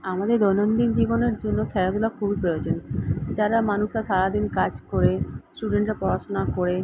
আমাদের দৈনন্দিন জীবনের জন্য খেলাধূলা খুবই প্রয়োজনীয় যারা মানুষরা সারা দিন কাজ করে স্টুডেন্টরা পড়াশোনা করে